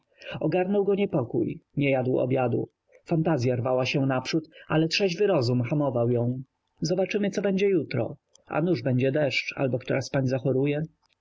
ogarnął go niepokój nie jadł obiadu fantazya rwała się naprzód ale trzeźwy rozum hamował ją zobaczymy co będzie jutro a nuż będzie deszcz albo która z pań zachoruje